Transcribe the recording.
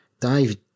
Dive